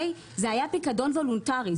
זה היה פיקדון וולונטרי,